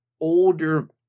older